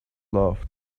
love